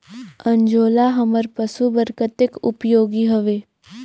अंजोला हमर पशु बर कतेक उपयोगी हवे?